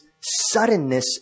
suddenness